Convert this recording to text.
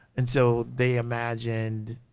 and so they imagined,